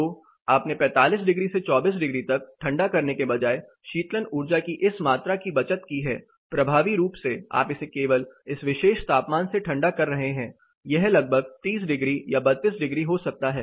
तो आपने 45 डिग्री से 24 डिग्री तक ठंडा करने के बजाय शीतलन ऊर्जा की इस मात्रा की बचत की है प्रभावी रूप से आप इसे केवल इस विशेष तापमान से ठंडा कर रहे हैं यह लगभग 30 डिग्री या 32 डिग्री हो सकता है